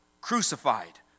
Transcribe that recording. crucified